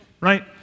right